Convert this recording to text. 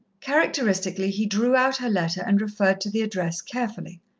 characteristically, he drew out her letter, and referred to the address carefully.